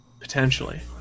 Potentially